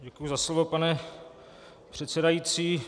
Děkuji za slovo, pane předsedající.